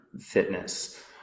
fitness